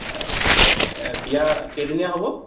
এ বিয়া কেইদিনীয়া হ'ব